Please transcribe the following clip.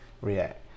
react